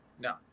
No